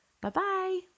Bye-bye